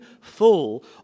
full